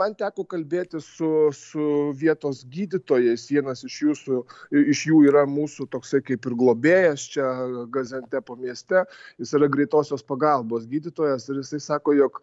man teko kalbėti su su vietos gydytojais vienas iš jų su iš jų yra mūsų toksai kaip ir globėjas čia gaziantepo mieste jis yra greitosios pagalbos gydytojas ir jisai sako jog